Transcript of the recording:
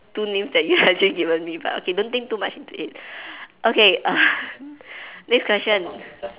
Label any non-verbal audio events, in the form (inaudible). two names that you have (laughs) actually given me but okay don't think too much into it (breath) okay (laughs) next question